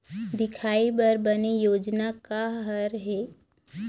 दिखाही बर बने योजना का हर हे?